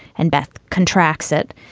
and beth contracts it.